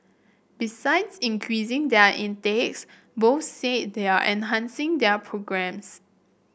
besides increasing their intakes both said they are enhancing their programmes